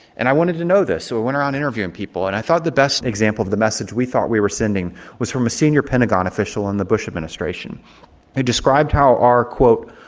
and i wanted to know this so i went around interviewing people and i thought the best example of the message we thought we were sending was from a senior pentagon official in the bush administration who described how our, quote,